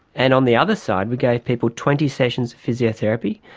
and on the other side we gave people twenty sessions of physiotherapy,